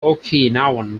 okinawan